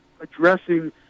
addressing